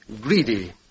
greedy